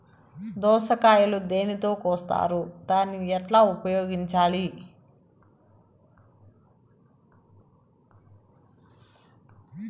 దోస కాయలు దేనితో కోస్తారు దాన్ని ఎట్లా ఉపయోగించాలి?